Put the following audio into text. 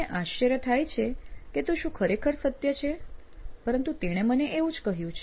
મને આશ્ચર્ય થાય છે કે તે શું ખરેખર સત્ય છે પરંતુ તેણે મને એવું જ કહ્યું છે